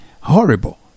horrible